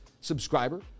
subscriber